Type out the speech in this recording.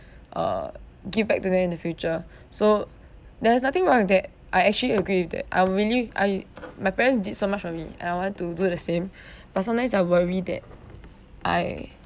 uh give back to them in the future so there is nothing wrong that I actually agree with that I'm really I my parents did so much for me I want to do the same but sometimes I worry that I